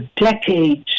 decades